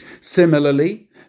Similarly